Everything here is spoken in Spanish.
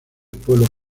pueblo